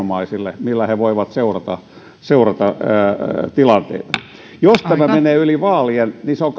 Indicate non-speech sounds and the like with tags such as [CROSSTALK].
lisää työkalupakkia viranomaisille millä he he voivat seurata seurata tilanteita jos tämä menee yli vaalien niin tämä lainsäädäntö on [UNINTELLIGIBLE]